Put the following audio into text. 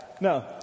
No